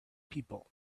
people